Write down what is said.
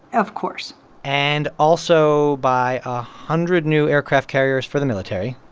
of course and also buy a hundred new aircraft carriers for the military?